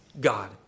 God